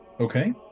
Okay